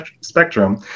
spectrum